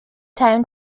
town